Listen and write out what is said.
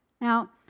Now